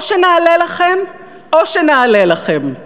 או שנעלה לכם או שנעלה לכם,